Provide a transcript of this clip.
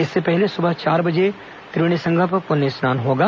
इससे पहले सुबह चार बजे त्रिवेणी संगम पर पुन्नी स्नान होगा